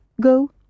go